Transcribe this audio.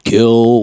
Kill